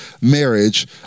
marriage